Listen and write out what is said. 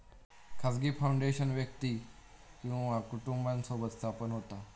खाजगी फाउंडेशन व्यक्ती किंवा कुटुंबासोबत स्थापन होता